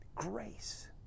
grace